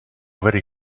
very